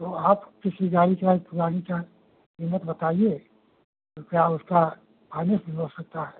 तो आप किसी गाड़ी का एक ठो गाड़ी का कीमत बताइए तो क्या उसका फाइनेंस भी हो सकता है